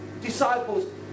disciples